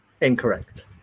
incorrect